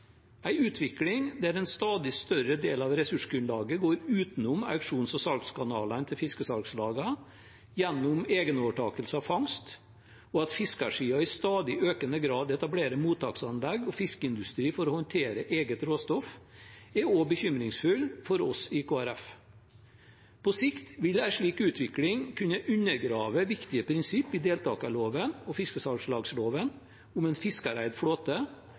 utvikling der en stadig større del av ressursgrunnlaget går utenom auksjons- og salgskanalene til fiskesalgslagene, gjennom egenovertakelse av fangst, og at fiskersiden i stadig økende grad etablerer mottaksanlegg og fiskeindustri for å håndtere eget råstoff, er også bekymringsfullt for oss i Kristelig Folkeparti. På sikt vil en slik utvikling kunne undergrave viktige prinsipp i deltakerloven og fiskesalgslagsloven om en fiskereid flåte,